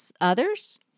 others